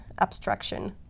abstraction